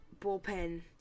bullpen